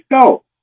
go